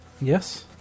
Yes